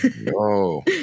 No